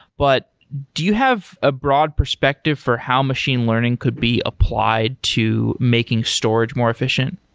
but do you have a broad perspective for how machine learning could be applied to making storage more efficient?